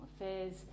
Affairs